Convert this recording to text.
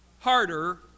harder